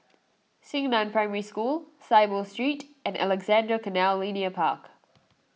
Xingnan Primary School Saiboo Street and Alexandra Canal Linear Park